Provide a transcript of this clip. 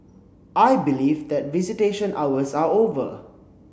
I believe that visitation hours are over